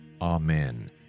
Amen